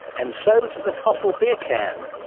and so to the fossil beer can.